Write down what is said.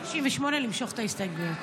38, למשוך את ההסתייגויות.